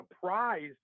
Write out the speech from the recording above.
surprised